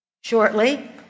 Shortly